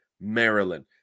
Maryland